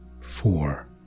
four